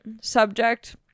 subject